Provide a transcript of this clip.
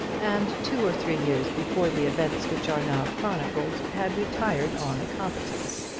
and, two or three years before the events which are now chronicled, had retired on a competence.